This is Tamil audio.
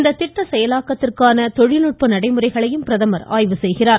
இந்த திட்ட செயலாக்கத்திற்கான தொழில்நுட்ப நடைமுறைகளையும் பிரதமர் ஆய்வு செய்கிறார்